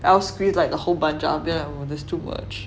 I will squeeze like a whole bunch out then I was like oh that's too much